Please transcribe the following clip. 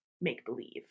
make-believe